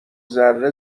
ذره